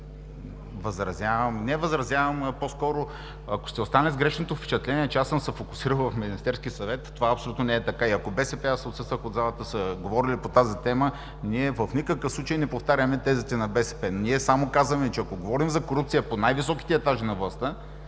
възразявам! По-скоро, ако сте останали с грешното впечатление, че съм се фокусирал в Министерския съвет, това абсолютно не е така. Ако БСП – аз отсъствах от залата – са говорили по тази тема, ние в никакъв случай не повтаряме тезите на БСП. Ние само казваме, че ако говорим за корупция по най-високите етажи на властта,